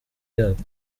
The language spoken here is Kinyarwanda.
yako